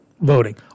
voting